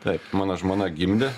taip mano žmona gimdė